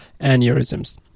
aneurysms